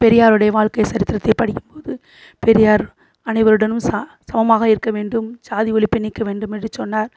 பெரியாருடைய வாழ்க்கை சரித்திரத்தை படிக்கும்போது பெரியார் அனைவருடனும் ச சமமாக இருக்க வேண்டும் சாதி ஒழிப்பை நீக்க வேண்டும் என்று சொன்னார்